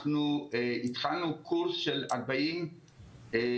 אנחנו התחלנו קורס של 40 סטודנטים,